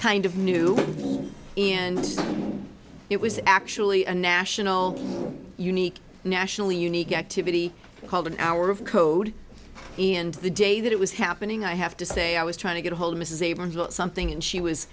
kind of new and it was actually a national unique nationally unique activity called an hour of code and the day that it was happening i have to say i was trying to get a hold mrs abrams got something and she was